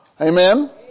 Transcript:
Amen